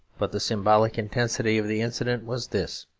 but the symbolic intensity of the incident was this.